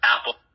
Apple